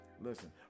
Listen